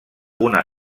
una